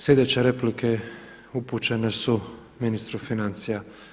Sljedeće replike upućene su ministru financija.